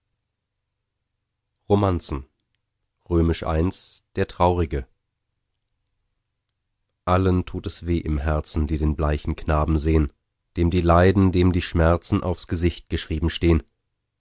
romanzen i der traurige allen tut es weh im herzen die den bleichen knaben sehn dem die leiden dem die schmerzen aufs gesicht geschrieben stehn